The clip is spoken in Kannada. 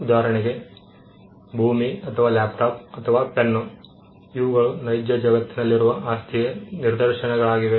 ಉದಾಹರಣೆಗೆ ಭೂಮಿ ಅಥವಾ ಲ್ಯಾಪ್ಟಾಪ್ ಅಥವಾ ಪೆನ್ ಇವುಗಳು ನೈಜ ಜಗತ್ತಿನಲ್ಲಿರುವ ಆಸ್ತಿಯ ನಿದರ್ಶನಗಳಾಗಿರುತ್ತವೆ